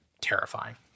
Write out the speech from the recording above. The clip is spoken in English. terrifying